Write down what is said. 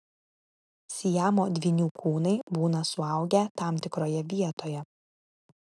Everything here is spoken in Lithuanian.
siamo dvynių kūnai būna suaugę tam tikroje vietoje